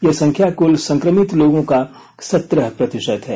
यह संख्या कुल संक्रमित लोगों का सत्रह प्रतिशत है